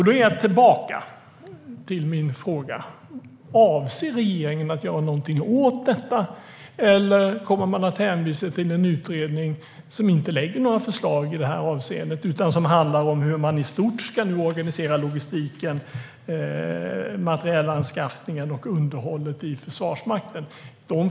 Då återkommer jag till min fråga: Avser regeringen att göra något åt detta, eller kommer man att hänvisa till en utredning som inte lägger fram några förslag i detta avseende utan förslag som handlar om hur man i stort ska organisera logistiken, materielanskaffningen och underhållet i Försvarsmakten?